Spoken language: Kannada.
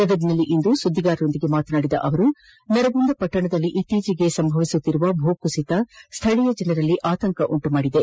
ಗದಗದಲ್ಲಿಂದು ಸುದ್ದಿರಾರರೊಂದಿಗೆ ಮಾತನಾಡಿದ ಅವರು ನರಗುಂದ ಪಟ್ಷಣದಲ್ಲಿ ಇತ್ತೀಚೆಗೆ ಸಂಭವಿಸುತ್ತಿರುವ ಭೂಕುಸಿತ ಸ್ವಳೀಯ ಜನರಲ್ಲಿ ಆತಂಕ ಉಂಟು ಮಾಡಿದೆ